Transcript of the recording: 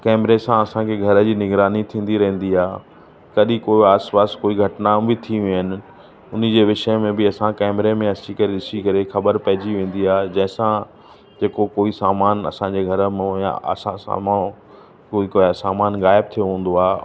कैमिरे सां असांजे घर जी निगरानी थींदी रेहंदी आहे कॾहिं को आस पास कोई घटनाऊं बि थी वियूं आहिनि उनजे विषय में बि असां कैमिरे में अची करे ॾिसी करे ख़बर पइजी वेंदी आहे जंहिंसां जेको कोई सामान असांजे घर मूं या असां साम्हूं कोई को या सामान गायबु थियो हूंदो आहे